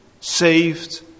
saved